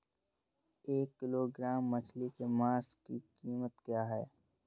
एक किलोग्राम मछली के मांस की कीमत क्या है?